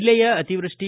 ಜಿಲ್ಲೆಯ ಅತಿವೃಷ್ಟಿ